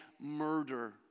murder